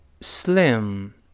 slim